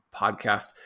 podcast